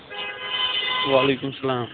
وعلیکُم السلام